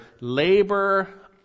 labor